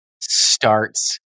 starts